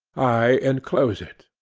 i enclose it.